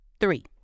three